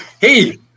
hey